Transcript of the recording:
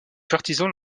partisans